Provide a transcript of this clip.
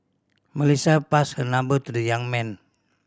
Melissa passed her number to the young man